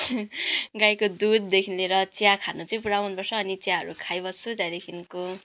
गाईको दुधदेखि लिएर चिया खान चाहिँ पुरा मनपर्छ अनि चियाहरू खाइबस्छु त्यहाँदेखिको